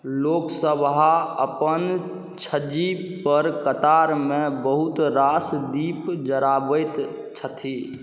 लोकसभ अपन छज्जी पर कतारमे बहुत रास दीप जराबैत छथि